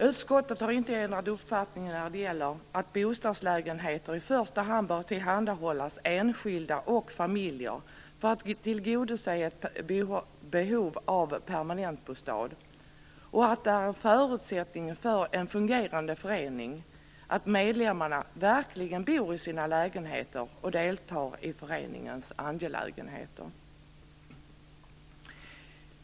Utskottet har inte ändrat uppfattning när det gäller att bostadslägenheter i första hand bör tillhandahållas enskilda och familjer för att tillgodose ett behov av permanentbostad och att det är en förutsättning för en fungerande förening att medlemmarna verkligen bor i sina lägenheter och deltar i föreningens angelägenheter.